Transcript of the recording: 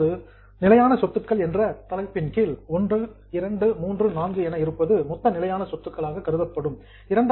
இப்போது fixed assets நிலையான சொத்துக்கள் என்ற தலைப்பின் கீழ் i ii iii iv என இருப்பது மொத்த நிலையான சொத்துகளாக கருதப்படுகிறது